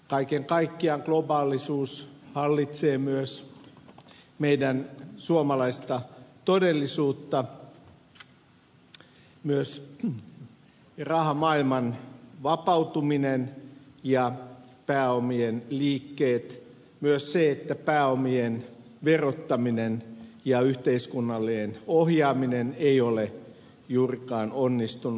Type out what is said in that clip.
kaiken kaikkiaan globaalisuus hallitsee myös meidän suomalaista todellisuutta myös rahamaailman vapautuminen ja pääomien liikkeet myös se että pääomien verottaminen ja yhteiskunnallinen ohjaaminen ei ole juurikaan onnistunut